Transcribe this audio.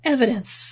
Evidence